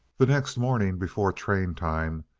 the next morning, before traintime,